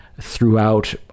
throughout